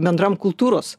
bendram kultūros